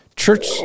Church